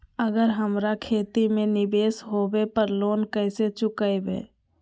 अगर हमरा खेती में निवेस होवे पर लोन कैसे चुकाइबे?